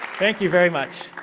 thank you very much.